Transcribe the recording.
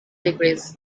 degrees